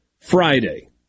Friday